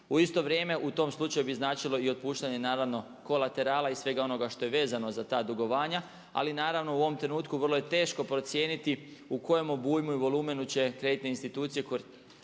U isto vrijeme u tom slučaju bi značilo i otpuštanje naravno kolaterala i svega onoga što je vezano za ta dugovanja. Ali naravno u ovom trenutku vrlo je teško procijeniti u kojem obujmu u volumenu će kreditne institucije koristiti